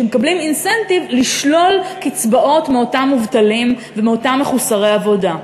שמקבלים אינסנטיב לשלול קצבאות מאותם מובטלים ומאותם מחוסרי עבודה.